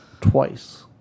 twice